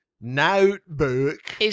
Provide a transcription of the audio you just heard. Notebook